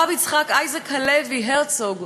הרב יצחק אייזיק הלוי הרצוג,